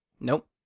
nope